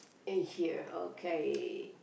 eh here okay